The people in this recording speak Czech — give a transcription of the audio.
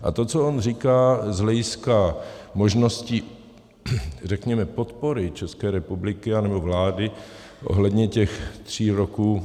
A to, co on říká z hlediska možnosti řekněme podpory České republiky anebo vlády ohledně těch tří roků .